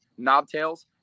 Knobtails